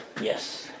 Yes